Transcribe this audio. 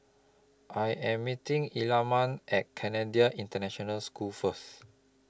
I Am meeting Ellamae At Canadian International School First